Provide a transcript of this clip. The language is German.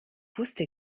wusste